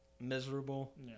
miserable